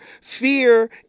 Fear